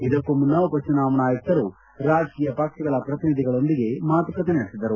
ಇದಕ್ಕೂ ಮುನ್ನ ಉಪಚುನಾವಣಾ ಆಯುಕ್ತರು ರಾಜಕೀಯ ಪಕ್ಷಗಳ ಪ್ರತಿನಿಧಿಗಳೊಂದಿಗೆ ಮಾತುಕತೆ ನಡೆಸಿದರು